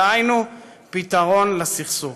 דהיינו, פתרון לסכסוך.